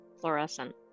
fluorescent